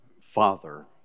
Father